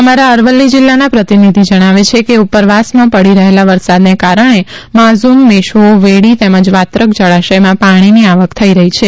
અમારા અરવલ્લી જિલ્લાના પ્રતિનિધિ જણાવે છે કે ઉપરવાસમાં પડી રહેલા વરસાદને કારણે માઝ્રમ મેશ્વો વેડી તેમજ વાત્રક જળાશયમાં પાણીની આવક થઈ રહી છે